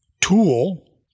tool